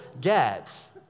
get